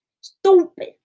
Stupid